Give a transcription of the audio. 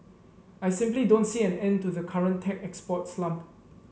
I simply don't see an end to the current tech export slump